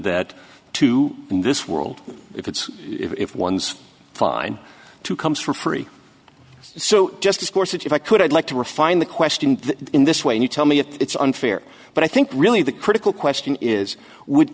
that two in this world if it's if one's fine to comes for free so just discourse if i could i'd like to refine the question in this way you tell me if it's unfair but i think really the critical question is would